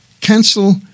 cancel